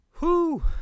whoo